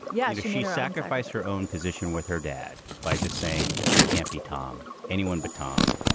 yeah did she sacrifice her own position with her dad by just saying it can't be tom. anyone but tom.